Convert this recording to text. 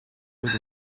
with